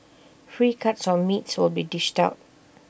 free cuts of meat will be dished out